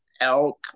elk